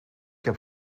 heb